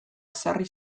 ezarri